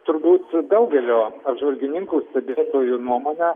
turbūt daugelio apžvalgininkų stebėtojų nuomone